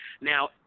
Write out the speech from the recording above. Now